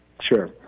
Sure